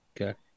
Okay